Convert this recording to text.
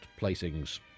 placings